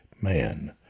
man